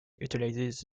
utilizes